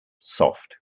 soft